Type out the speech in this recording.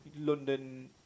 London